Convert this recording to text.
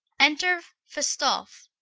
enter falstaffe.